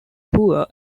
poor